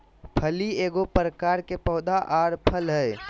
फली एगो प्रकार के पौधा आर फल हइ